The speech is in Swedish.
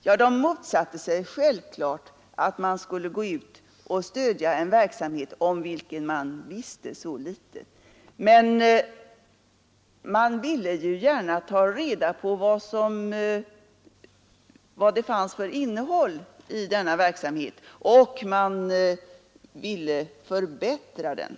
Jo, vi motsatte oss självklart att gå ut och stödja en verksamhet, om vilken vi visste så litet. Men man ville gärna ta reda på vilket innehåll det fanns i denna verksamhet. Man ville också förbättra den.